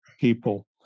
people